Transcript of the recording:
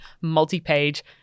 multi-page